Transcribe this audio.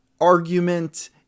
argument